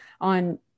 on